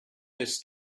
his